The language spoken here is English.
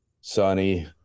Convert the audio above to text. sunny